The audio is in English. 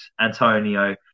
Antonio